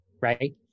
Right